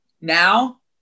Now